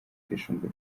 gashumba